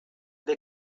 they